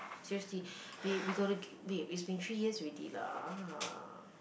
seriously babe we gotta babe it's have been three years already lah